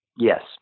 Yes